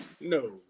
No